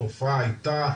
התופעה הייתה,